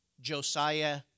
Josiah